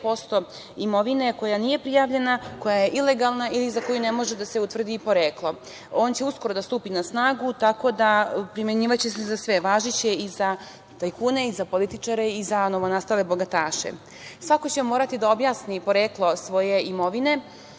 75% imovine koja nije prijavljena, koja je ilegalna ili za koju ne može da se utvrdi poreklo. On će uskoro da stupi na snagu, tako da primenjivaće se za sve važeće, i za tajkune i za političare i za novonastale bogataše. Svako će morati da objasni poreklo svoje imovine